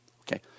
Okay